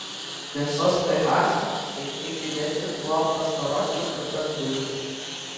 mėsos ph šiek tiek didesnis buvo pastarosios grupės buliukų